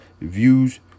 views